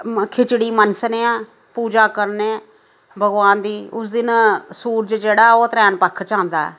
खिचड़ी मनसने आं पूजा करने भगवान दी उस दिन सूरज जेह्ड़ा ओह् त्रैन पक्ख च आंदा ऐ